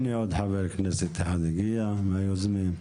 הנה, עוד חבר כנסת אחד מהיוזמים הגיע,